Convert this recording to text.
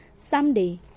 Someday